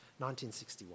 1961